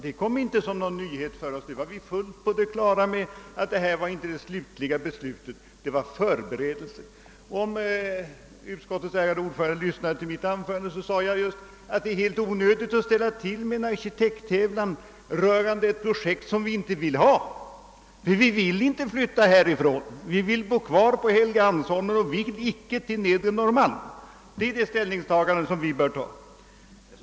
Det kom alltså inte som någon nyhet, utan vi var fullt på det klara med att det inte rörde sig om det slutliga beslutet utan om en förberedelse. Om utskottets ärade ordförande lyssnade till mitt anförande vet han att jag sade, att det är helt onödigt att ställa till med en arkitekttävlan rörande ett projekt som vi inte vill ha, ty vi vill inte flytta härifrån. Vi önskar bo kvar på Helgeandsholmen och vill icke till Nedre Norrmalm. Det är det ställningstagandet vi bör ta.